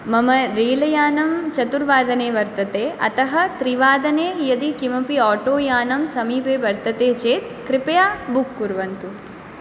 मम रेलयानं चतुर्वादने वर्तते अतः त्रिवादने यदि किमपि आटोयानं समीपे वर्तते चेत् कृपया बुक् कुर्वन्तु